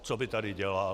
Co by tady dělal?